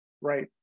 Right